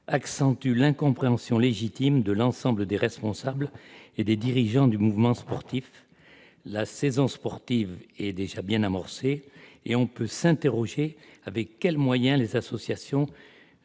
accentue l'incompréhension légitime de l'ensemble des responsables et des dirigeants du mouvement sportif. La saison sportive est déjà bien amorcée et l'on peut se demander avec quels moyens les associations,